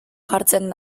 jartzen